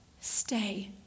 Stay